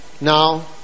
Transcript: Now